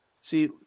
see